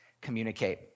communicate